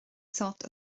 sult